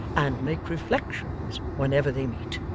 and make reflections whenever they meet.